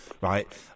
right